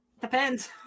Depends